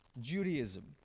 Judaism